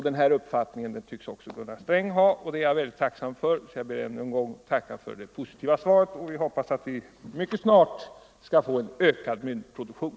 Denna uppfattning tycks också Gunnar Sträng ha. Det är jag tacksam för. Jag ber att än en gång få tacka för det positiva svaret samt hoppas att vi mycket snart skall få en ökad myntproduktion.